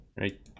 Right